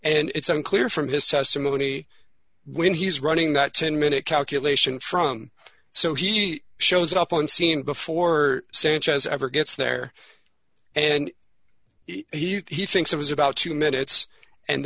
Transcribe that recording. and it's unclear from his testimony when he's running that ten minute calculation from so he shows up on scene before sanchez ever gets there and he thinks it was about two minutes and